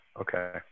Okay